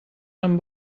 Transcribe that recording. amb